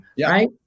right